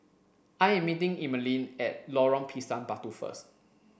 I am meeting Emaline at Lorong Pisang Batu first